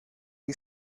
you